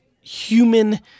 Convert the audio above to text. human